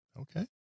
Okay